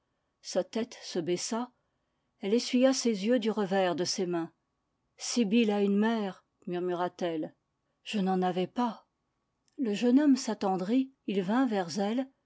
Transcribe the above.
sa tête se baissa elle essuya ses yeux du revers de ses mains sibyl a une mère murmura-t-elle je n'en avais pas le jeune homme s'attendrit il vint vers elle